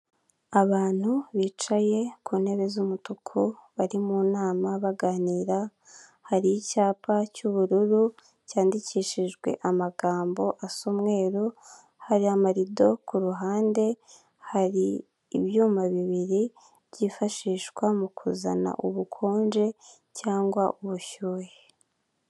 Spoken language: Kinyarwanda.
Abantu bicaye ku ntebe z'umutuku bari mu nama baganira hari icyapa cy'ubururu cyandikishijwe amagambo asa umweru hari amarido kuruhande hari ibyuma bibiri byifashishwa kuzana ubukonje cyangwa ubushyuhe.